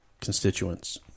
constituents